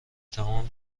تمام